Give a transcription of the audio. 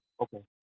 okay